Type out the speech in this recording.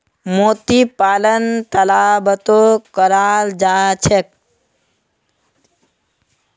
मोती पालन तालाबतो कराल जा छेक